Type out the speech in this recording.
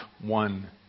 one